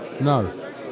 No